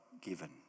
given